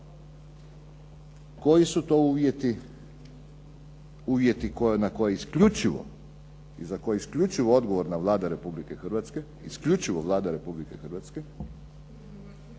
koje isključivo i za koje je isključivo odgovorna Vlada Republike Hrvatske,